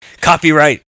Copyright